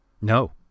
No